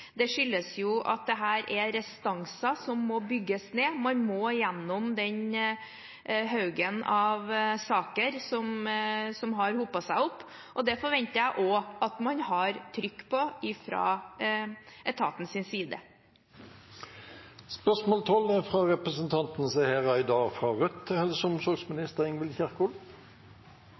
Det skyldes at dette er en restanse som må bygges ned. Man må gjennom den haugen av saker som har hopet seg opp, og det forventer jeg også at man har trykk på fra etatens side.